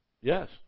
Yes